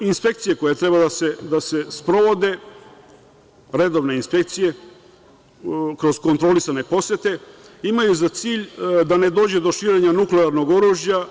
Inspekcije koje treba da se sprovode, redovne inspekcije, kroz kontrolisane posete, imaju za cilj da ne dođe do širenja nuklearnog oružja.